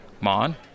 Mon